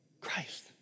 Christ